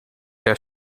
der